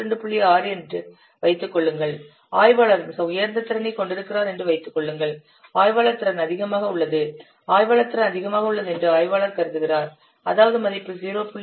6 என்று வைத்துக் கொள்ளுங்கள் ஆய்வாளர் மிக உயர்ந்த திறனைக் கொண்டிருக்கிறார் என்று வைத்துக் கொள்ளுங்கள் ஆய்வாளர் திறன் அதிகமாக உள்ளது ஆய்வாளர் திறன் அதிகமாக உள்ளது என்று ஆய்வாளர் கருதுகிறார் அதாவது மதிப்பு 0